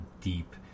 deep